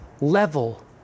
level